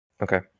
Okay